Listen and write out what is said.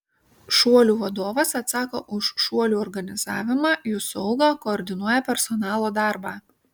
šuolių vadovas atsako už šuolių organizavimą jų saugą koordinuoja personalo darbą